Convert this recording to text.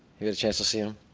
you get a chance to see them?